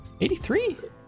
83